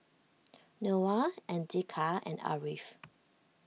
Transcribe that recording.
Noah Andika and Ariff